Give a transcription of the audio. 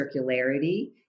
circularity